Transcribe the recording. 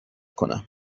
کنم